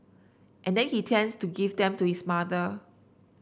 and then he tends to give them to his mother